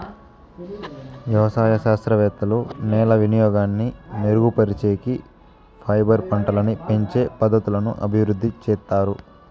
వ్యవసాయ శాస్త్రవేత్తలు నేల వినియోగాన్ని మెరుగుపరిచేకి, ఫైబర్ పంటలని పెంచే పద్ధతులను అభివృద్ధి చేత్తారు